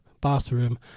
bathroom